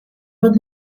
road